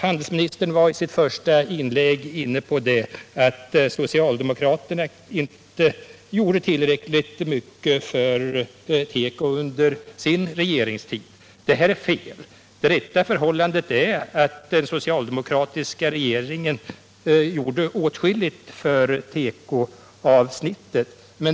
Handelsministern var i sitt första inlägg inne på tanken att socialdemokraterna inte gjorde tillräckligt mycket för teko under sin regeringstid. Detta är fel. Det riktiga förhållandet är att den socialdemokratiska regeringen gjorde åtskilligt för tekoavsnittet.